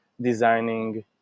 designing